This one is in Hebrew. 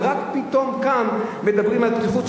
ורק פתאום כאן מדברים על פתיחות,